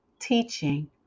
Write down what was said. teaching